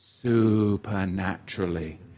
supernaturally